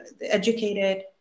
educated